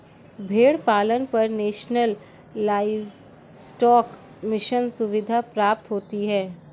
भेड़ पालन पर नेशनल लाइवस्टोक मिशन सुविधा प्राप्त होती है